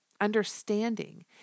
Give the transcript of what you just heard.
understanding